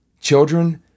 Children